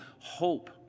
hope